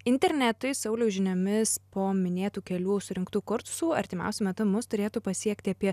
internetui sauliaus žiniomis po minėtų kelių surinktų kursų artimiausiu metu mus turėtų pasiekti apie